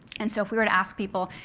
and so if we were to ask people,